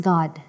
God